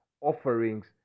offerings